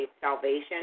salvation